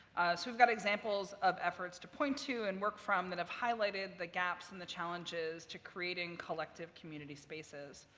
so we've got examples of efforts to point to and work from that have highlighted the gaps and the challenges to creating collective community spaces.